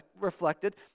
reflected